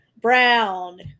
brown